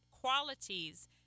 qualities